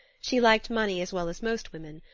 she liked money as well as most women,